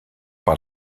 par